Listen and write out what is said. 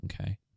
Okay